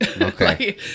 Okay